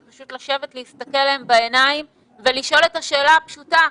זה פשוט לשבת להסתכל להם בעיניים ולשאול את השאלה הפשוטה,